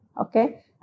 Okay